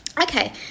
okay